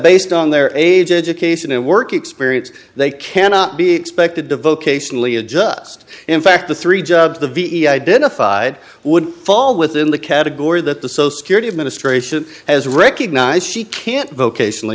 based on their age education and work experience they cannot be expected to vocationally adjust in fact the three jobs the ve identified would fall within the category that the so security administration has recognized she can't vocational